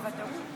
58 בעד,